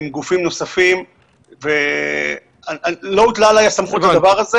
ויודעים מה היתרונות ומה התועלות ש"מגן 2" אמור להביא למאבק בקורונה.